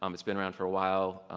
um it's been around for a while.